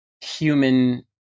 human